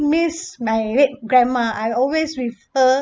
miss my great grandma I always with her